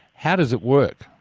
how does it work?